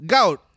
Gout